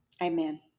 Amen